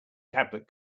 tablet